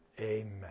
Amen